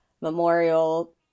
memorial